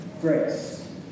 grace